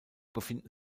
befinden